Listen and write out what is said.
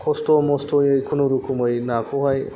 कस्थ' मस्थ'यै खुनुरोखोमै नाखौहाय